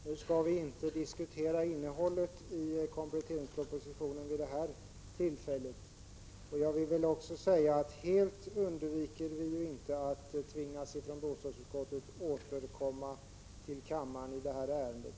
Nu skall vi inte diskutera innehållet i kompletteringspropositionen vid det här tillfället, men jag vill säga att helt undviker inte bostadsutskottet att återkomma till kammaren i ärendet.